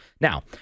Now